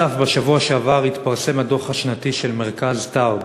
בשבוע שעבר התפרסם הדוח השנתי של מרכז טאוב,